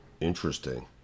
Interesting